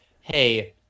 hey